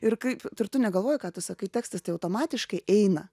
ir kaip ir tu negalvoji ką tu sakai tekstas tai automatiškai eina